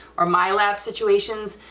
or milab situations,